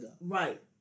Right